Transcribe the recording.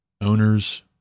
owners